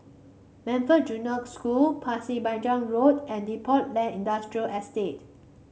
Montfort Junior School Pasir Panjang Road and Depot Lane Industrial Estate